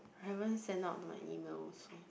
haven't sent out my email also